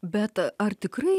bet ar tikrai